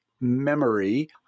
Memory